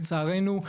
לצערנו,